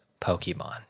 Pokemon